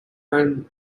and